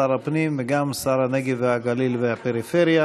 שר הפנים וגם שר הנגב והגליל והפריפריה,